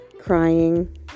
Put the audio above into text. crying